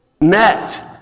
met